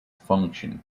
function